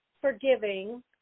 forgiving